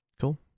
Cool